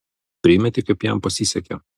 primeti kaip jam pasisekė